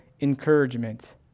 encouragement